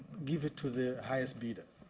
give it to the highest bidder.